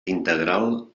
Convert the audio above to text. integral